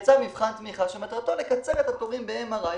יצא מבחן תמיכה שמטרתו לקצר את התורים ב-MRI,